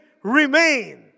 remain